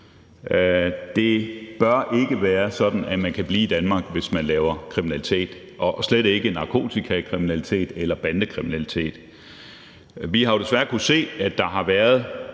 det bør ikke være sådan, at man kan blive i Danmark, hvis man laver kriminalitet – og slet ikke narkotikakriminalitet eller bandekriminalitet. Vi har jo desværre kunnet se, at der har været